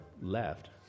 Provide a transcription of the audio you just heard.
left